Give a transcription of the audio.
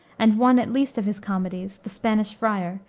and one, at least, of his comedies, the spanish friar,